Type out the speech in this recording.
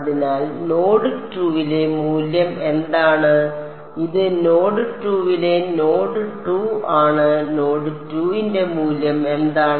അതിനാൽ നോഡ് 2 ലെ മൂല്യം എന്താണ് ഇത് നോഡ് 2 ലെ നോഡ് 2 ആണ് നോഡ് 2 ന്റെ മൂല്യം എന്താണ്